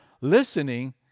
listening